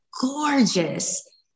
gorgeous